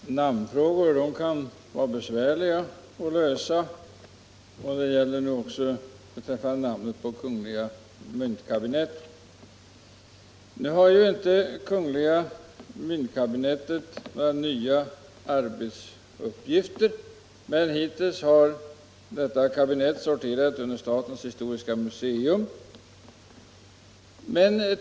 Herr talman! Namnfrågor kan vara besvärliga att lösa, och det gäller också namnet på kungl. myntkabinettet. Kabinettet har inte fått några nya arbetsuppgifter. Hittills har det sorterat under statens historiska museum.